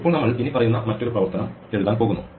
ഇപ്പോൾ നമ്മൾ ഇനിപ്പറയുന്ന മറ്റൊരു പ്രവർത്തനം എഴുതാൻ പോകുന്നു